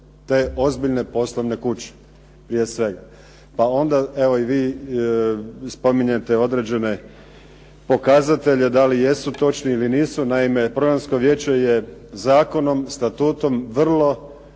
te ozbiljne poslovne kuće, prije svega. Pa onda i vi pokazujete određene pokazatelje da li jesu točni ili nisu. Naime, programsko vijeće je zakonom, Statuom vrlo